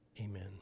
Amen